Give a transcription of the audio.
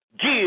give